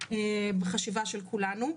בחשיבה של כולנו.